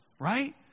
right